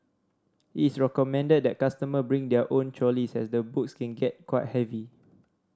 it's recommended that customer bring their own trolleys as the books can get quite heavy